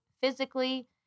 physically